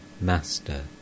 Master